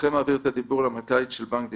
ברשותכם אעביר את הדיבור למנכ"לית של בנק דיסקונט,